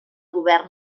govern